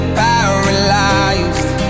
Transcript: paralyzed